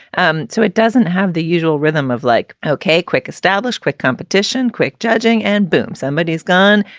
um so it doesn't have the usual rhythm of like, okay. quick establish, quick competition, quick judging and boom, somebody is gone.